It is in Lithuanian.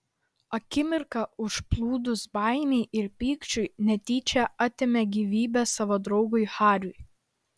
akimirką užplūdus baimei ir pykčiui netyčia atėmė gyvybę savo draugui hariui